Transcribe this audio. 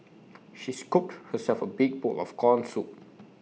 she scooped herself A big bowl of Corn Soup